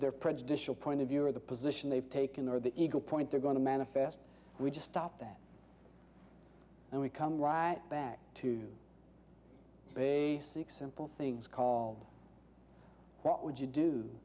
the prejudicial point of view or the position they've taken or the eagle point they're going to manifest we just stop that and we come right back to basic simple things called what would you do